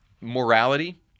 morality